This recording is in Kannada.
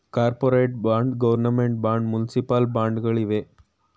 corporate bond, government bond, municipal ಬಾಂಡ್ ಗಳಿವೆ